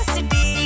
City